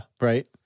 right